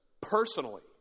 personally